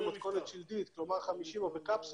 במתכונת שלדית או בקפסולות.